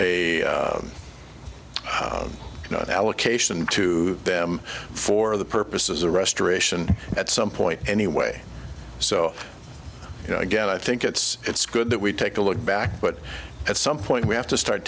a allocation to them for the purposes of restoration at some point anyway so you know again i think it's it's good that we take a look back but at some point we have to start